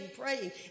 praying